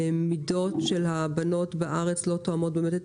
שהמידות של הבנות בארץ לא תואמות באמת את